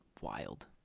wild